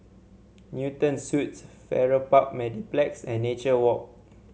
Newton Suites Farrer Park Mediplex and Nature Walk